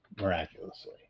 miraculously